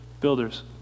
builders